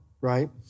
right